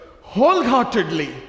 wholeheartedly